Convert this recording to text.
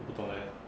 我不懂 leh